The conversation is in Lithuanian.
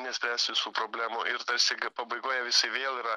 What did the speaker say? nespręsiu visų problemų ir tarsi pabaigoje jisai vėl yra